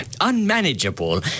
unmanageable